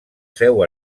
seu